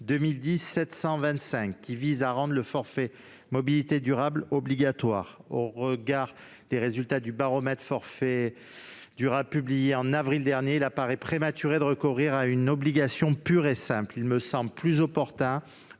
et 725 rectifié visent à rendre le forfait mobilités durables obligatoire. Au regard des résultats du baromètre « forfait mobilités durables », publié en avril dernier, il apparaît prématuré de recourir à une obligation pure et simple. Il me semble plus opportun